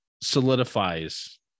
solidifies